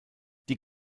die